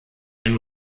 den